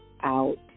out